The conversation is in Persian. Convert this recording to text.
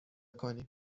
کنیم